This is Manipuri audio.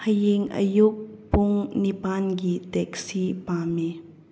ꯍꯌꯦꯡ ꯑꯌꯨꯛ ꯄꯨꯡ ꯅꯤꯄꯥꯟꯒꯤ ꯇꯦꯛꯁꯤ ꯄꯥꯝꯃꯤ